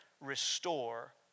restore